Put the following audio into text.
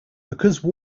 because